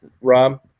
Rob